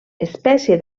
espècie